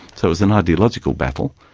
so it was an ideological battle,